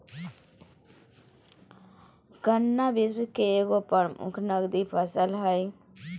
गन्ना विश्व के एगो प्रमुख नकदी फसल हइ